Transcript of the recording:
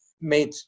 made